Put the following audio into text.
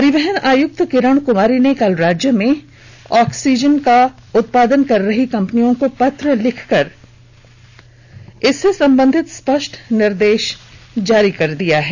परिवहन आयुक्त किरण कुमारी ने कल राज्य में आक्सीजन का उत्पादन कर रही कंपनियों को पत्र लिखकर इससे संबंधित स्पष्ट निर्देश जारी किया है